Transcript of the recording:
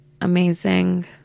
amazing